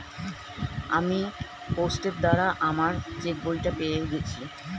আমি পোস্টের দ্বারা আমার চেকবইটা পেয়ে গেছি